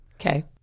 Okay